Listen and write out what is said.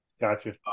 Gotcha